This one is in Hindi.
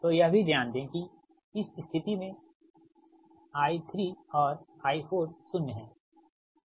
तो यह भी ध्यान दें कि इस स्थिति में I3 और I4 शून्य हैं